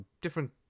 different